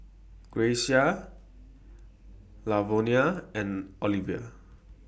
Grayce Lavonia and Olivia